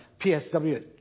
PSW